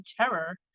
terror